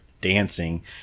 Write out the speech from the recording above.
dancing